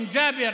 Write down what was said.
עם ג'אבר,